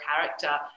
character